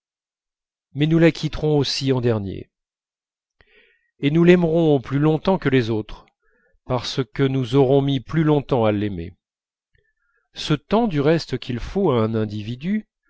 mais nous la quitterons aussi en dernier et nous l'aimerons plus longtemps que les autres parce que nous aurons mis plus longtemps à l'aimer ce temps du reste qu'il faut à un individu